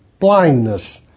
blindness